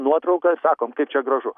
nuotrauką ir sakom kaip čia gražu